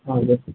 हजुर